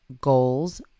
goals